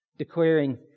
Declaring